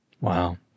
Wow